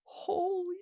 Holy